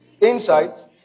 Insight